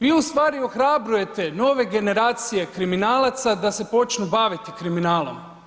Vi ustvari ohrabrujete nove generacije kriminalaca da se počnu baviti kriminalom.